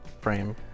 frame